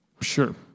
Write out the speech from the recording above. Sure